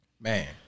Man